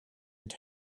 and